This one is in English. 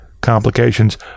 complications